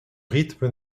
rythme